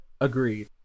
agreed